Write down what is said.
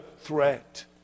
threat